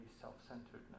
self-centeredness